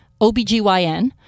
OBGYN